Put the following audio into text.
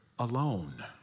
alone